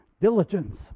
diligence